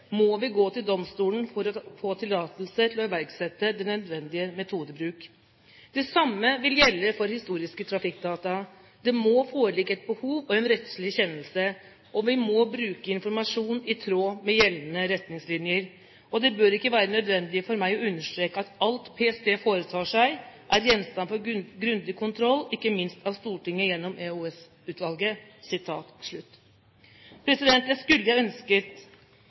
må vi gå til domstolen for å få tillatelse til å iverksette den nødvendige metodebruk. Det samme vil gjelde for historiske trafikkdata: Det må foreligge et behov og en rettslig kjennelse, og vi må bruke informasjonen i tråd med gjeldende retningslinjer – og det bør ikke være nødvendig for meg å understreke at alt PST foretar seg er gjenstand for grundig kontroll, ikke minst av Stortinget gjennom